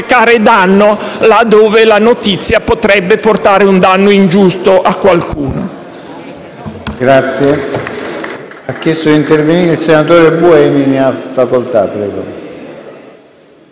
recare danno laddove la notizia possa portare un danno ingiusto a qualcuno.